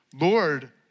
Lord